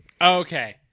okay